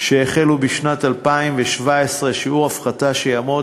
כך שהחל בשנת 2017 שיעור הפחתה שיהיה,